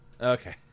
Okay